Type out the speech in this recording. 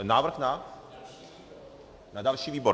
Návrh na další výbor.